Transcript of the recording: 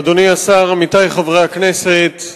אדוני השר, עמיתי חברי הכנסת,